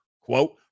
quote